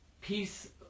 peace